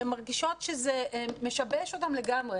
הן מרגישות שזה משבש אותן לגמרי.